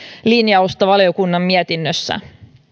linjausta valiokunnan mietinnössä